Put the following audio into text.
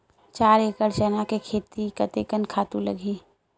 चार एकड़ चना के खेती कतेकन खातु लगही?